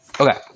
Okay